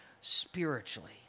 spiritually